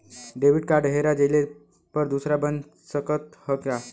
Debit card हेरा जइले पर दूसर बन सकत ह का?